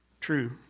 true